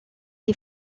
est